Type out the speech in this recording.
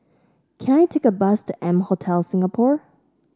can I take a bus to M Hotel Singapore